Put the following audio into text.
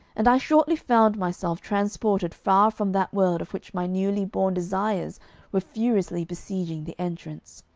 and i shortly found myself transported far from that world of which my newly born desires were furiously besieging the entrance.